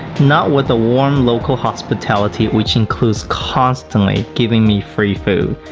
not with the warm local hospitality which includes constantly giving me free food.